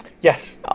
Yes